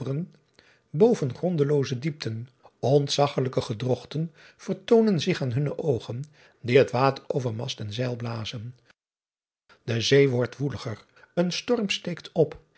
boven grondelooze diepten ntzaggelijke gedrogten vertoonen zich aan hunne oogen die het water over mast en zeil blazen e zee wordt woeliger en storm steekt op